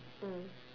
mm